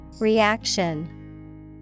Reaction